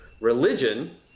religion